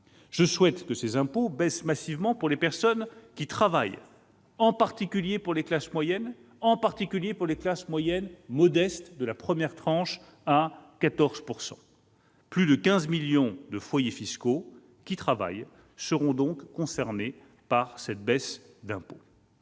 Je souhaite que ces impôts baissent massivement pour les personnes qui travaillent, en particulier pour les classes moyennes, surtout pour les classes moyennes modestes de la première tranche à 14 %. Plus de 15 millions de foyers fiscaux qui travaillent seront donc concernés. Le Président